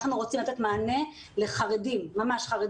אנחנו רוצים לתת מענה לחרדים ממש,